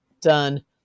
done –